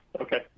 okay